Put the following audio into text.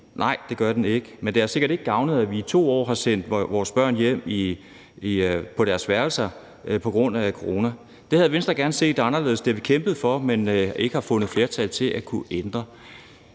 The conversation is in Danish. Nej, det gør den ikke, men det har sikkert ikke gavnet, at vi i 2 år har sendt vores børn hjem på deres værelser på grund af corona. Det havde Venstre gerne set anderledes; det har vi kæmpet for, men har ikke kunnet finde flertal til at kunne ændre.